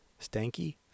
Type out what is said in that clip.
Stanky